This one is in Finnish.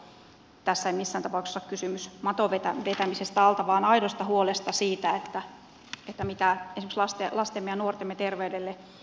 tässä ei missään tapauksessa ole kysymys maton vetämisestä alta vaan aidosta huolesta siitä mitä esimerkiksi lastemme ja nuortemme terveydelle tapahtuu